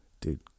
dude